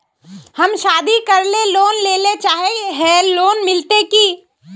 हम शादी करले लोन लेले चाहे है लोन मिलते की?